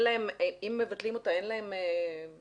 אם מבטלים אותה, אין להם עתיד.